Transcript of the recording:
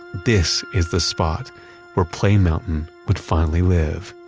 this is the spot where play mountain would finally live.